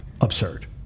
absurd